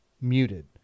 muted